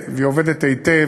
עובדת, והיא עובדת היטב,